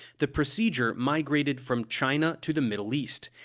the procedure migrated from china to the middle east,